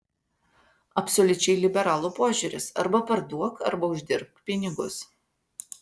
absoliučiai liberalų požiūris arba parduok arba uždirbk pinigus